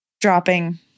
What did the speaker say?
dropping